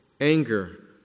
anger